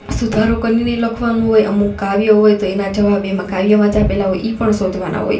સુધારો કરીને લખવાનું હોય અમુક કાવ્ય હોય તો એના જવાબ એમાં કાવ્યમાં જ આપેલા હોય એ પણ શોધવાના હોય